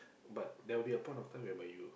but there will be a point of time whereby you